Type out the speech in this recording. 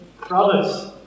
brothers